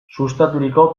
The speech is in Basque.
sustaturiko